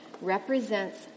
represents